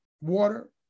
water